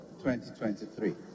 2023